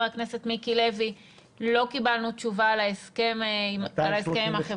הכנסת מיקי לוי ולא קיבלנו תשובה על ההסכם עם החברה.